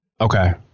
Okay